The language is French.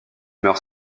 meurt